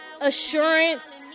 assurance